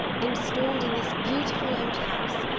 installed in this beautiful old house,